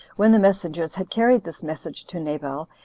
when the messengers had carried this message to nabal,